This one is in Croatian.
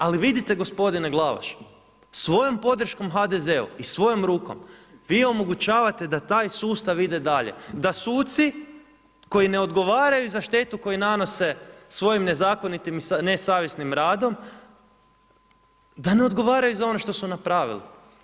Ali vidite gospodine Glavaš, svojom podrškom HDZ-u i svojom rukom, vi omogućavate da taj sustav ide dalje, da suci koji ne odgovaraju za štetu koju nanose svojim nezakonitim i nesavjesnim radom, da ne odgovaraju za ono što su napravili.